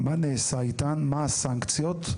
מה נעשה איתן, מה הסנקציות?